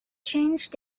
changed